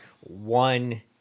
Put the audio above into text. One